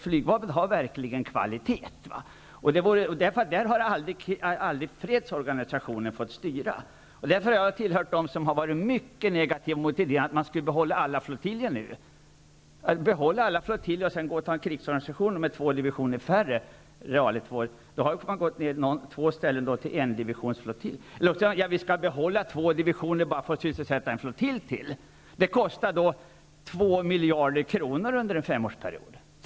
Flygvapnet har verkligen kvalitet; där har aldrig fredsorganisationen fått styra. Därför har jag tillhört dem som har varit mycket negativa till att man nu skulle behålla alla flottiljer, och sedan fatta beslut om en krigsorganisation med två divisioner färre realiter. Då skulle man på två ställen gå ned till endivisionsflottiljer. Eller också har man sagt: Vi skall behålla två divisioner bara för att sysselsätta en flottilj till. Det kostar då två miljarder kronor under en femårsperiod.